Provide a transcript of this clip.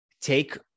take